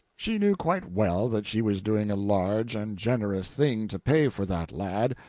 she knew quite well that she was doing a large and generous thing to pay for that lad,